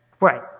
Right